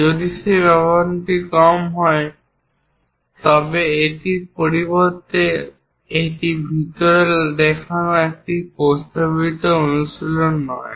যদি সেই ব্যবধানটি কম হয় তবে এটির পরিবর্তে এটি ভিতরে দেখানো একটি প্রস্তাবিত অনুশীলন নয়